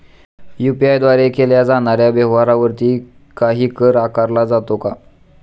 UPI द्वारे केल्या जाणाऱ्या व्यवहारावरती काही कर आकारला जातो का?